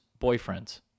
Boyfriends